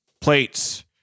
Plates